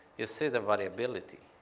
you see the variability.